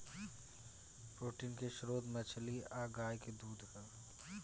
protein के स्त्रोत मछली आ गाय के दूध ह